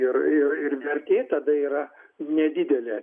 ir ir ir vertė tada yra nedidelė